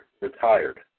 retired